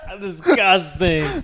disgusting